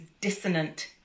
dissonant